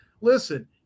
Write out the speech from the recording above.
Listen